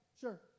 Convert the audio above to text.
sure